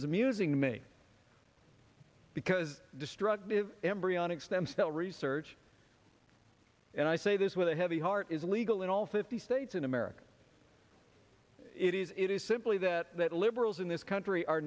me using me because destructive embryonic stem cell research and i say this with a heavy heart is legal in all fifty states in america it is it is simply that that liberals in this country